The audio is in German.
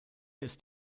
ist